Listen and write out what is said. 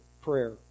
prayer